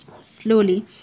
slowly